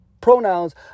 pronouns